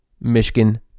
Michigan